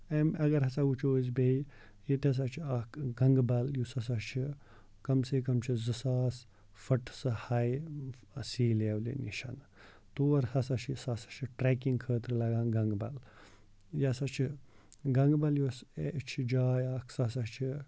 اَمہِ اَگر ہسا وٕچھو أسۍ بیٚیہِ ییٚتہِ ہسا چھُ اکھ گَنگبل یُس ہسا چھُ کَم سے کَم چھُ زٕ ساس فٹہٕ سُہ ہٲے سی لیؤلہِ نِشن تور ہسا چھُ سُہ ہسا چھُ ٹریکِنگ خٲطرٕ لگان گَنگبَل یہِ ہسا چھُ گَنگبَل یُس یہِ چھِ جاے اَکھ سُہ ہسا چھُ